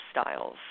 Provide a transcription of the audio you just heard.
styles